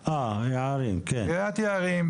כי אדם שיכול להגיד שצריך להגביל את הילודה,